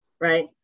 right